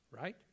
right